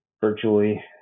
virtually